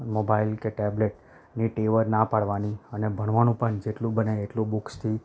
mobile કે ટેબ્લેટની ટેવ જ ન પાડવાની અને ભણવાનું પણ જેટલું બને એટલું બુક્સથી